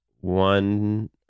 one